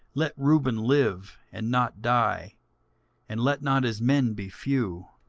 let reuben live, and not die and let not his men be few.